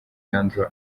sandra